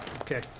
Okay